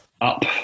up